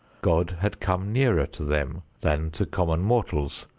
god had come nearer to them than to common mortals,